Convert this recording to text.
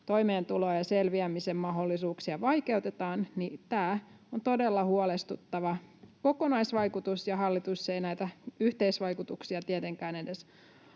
toimeentuloa ja selviämisen mahdollisuuksia vaikeutetaan, niin tämä on todella huolestuttava kokonaisvaikutus. Hallitus ei näitä yhteisvaikutuksia tietenkään edes